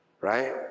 Right